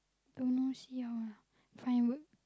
don't know see how lah if I'm work